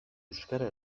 euskara